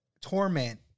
torment